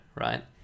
right